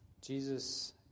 Jesus